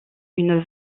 une